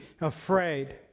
afraid